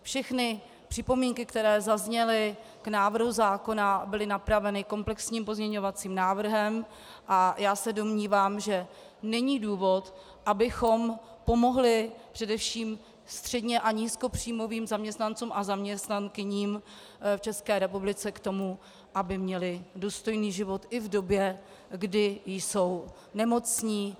Všechny připomínky, které zazněly k návrhu zákona, byly napraveny komplexním pozměňovacím návrhem a já se domnívám, že není důvod, abychom nepomohli především středně a nízkopříjmovým zaměstnancům a zaměstnankyním v ČR k tomu, aby měli důstojný život i v době, kdy jsou nemocní.